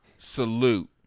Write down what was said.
Salute